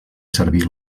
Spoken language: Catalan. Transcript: servir